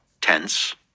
tense